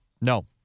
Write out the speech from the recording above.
No